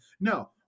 No